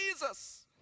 Jesus